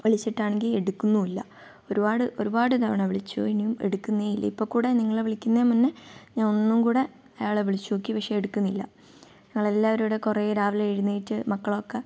വിളിച്ചിട്ടാണെങ്കിൽ എടുക്കുന്നൂല്ല ഒരുപാട് ഒരുപാട് തവണ വിളിച്ചു ഇനിയും എടുക്കുന്നേയില്ല ഇപ്പോൾ കൂടി നിങ്ങളെ വിളിക്കുന്നതിന് മുന്നേ ഞാൻ ഒന്നുകൂടെ അയാളെ വിളിച്ചു നോക്കി പക്ഷേ എടുക്കുന്നില്ല ഞങ്ങൾ എല്ലാവരും ഇവിടെ കുറെ രാവിലെ എഴുന്നേറ്റു മക്കളൊക്കെ